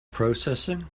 processing